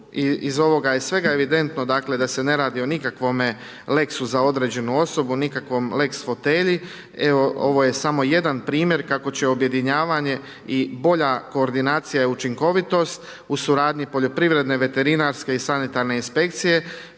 iz ovoga je sve evidentno dakle da se ne radi o nikakvome lex za određenu osobu, nikakvom lex fotelji. Evo ovo je samo jedan primjer kako će objedinjavanje i bolja koordinacija i učinkovitost u suradnji poljoprivredne, veterinarske i sanitarne inspekcije